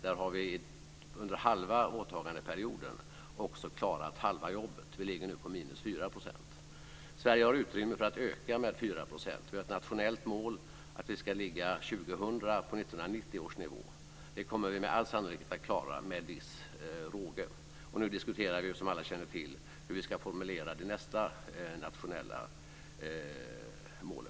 Där har vi under halva åtagandeperioden också klarat halva jobbet. Vi ligger nu på minus 4 %. Sverige har utrymme för att öka med 4 %. Vi har ett nationellt mål att vi år 2000 ska ligga på 1990 års nivå. Det kommer vi med all sannolikhet att klara med viss råge. Nu diskuterar vi som alla känner till hur vi ska formulera nästa nationella mål.